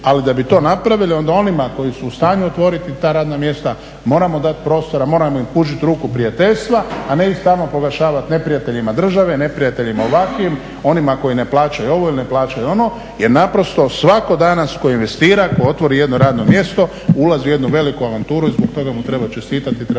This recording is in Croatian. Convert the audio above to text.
ali da bi to napravili onda onima koji su u stanju otvoriti ta radna mjesta moramo dat prostora, moramo im pružit ruku prijateljstva, a ne ih stalno proglašavat neprijateljima države, neprijateljima ovakvim, onima koji ne plaćaju ovo ili ne plaćaju ono jer naprosto svatko danas tko investira, tko otvori jedno radno mjesto ulazi u jednu veliku avanturu i zbog toga mu treba čestitati i treba